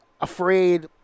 afraid